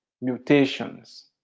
mutations